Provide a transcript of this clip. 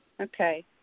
Okay